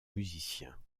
musiciens